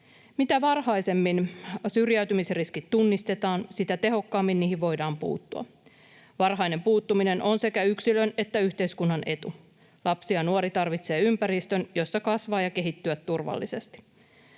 Mitä varhaisemmin syrjäytymisriskit tunnistetaan, sitä tehokkaammin niihin voidaan puuttua. Varhainen puuttuminen on sekä yksilön että yhteiskunnan etu. Lapsi ja nuori tarvitsee ympäristön, jossa kasvaa ja kehittyä turvallisesti.